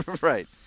Right